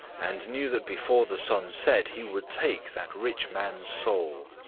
and knew that before the sun set he would take that rich man's soul.